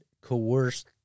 coerced